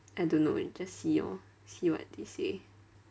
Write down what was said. I don't know just see orh see what they say